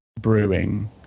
brewing